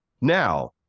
Now